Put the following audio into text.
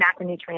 macronutrients